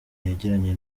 yagiranye